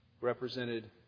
Represented